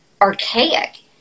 archaic